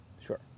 Sure